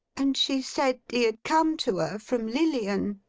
and she said he had come to her from lilian,